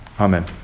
Amen